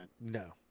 No